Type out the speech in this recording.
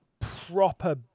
proper